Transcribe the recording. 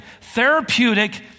therapeutic